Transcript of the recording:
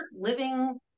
living